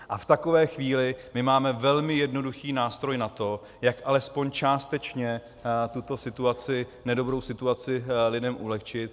V takové chvíli my máme velmi jednoduchý nástroj na to, jak alespoň částečně tuto situaci nedobrou situaci lidem ulehčit.